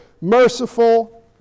merciful